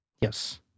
yes